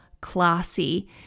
classy